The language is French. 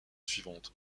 suivante